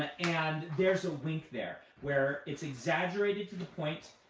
ah and there's a wink there, where it's exaggerated to the point,